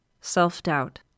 self-doubt